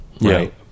Right